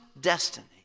destiny